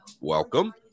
Welcome